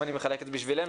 אם אני מחלק בשבילנו,